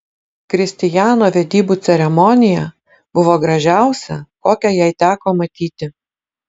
kristijano vedybų ceremonija buvo gražiausia kokią jai teko matyti